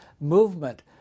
movement